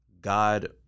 God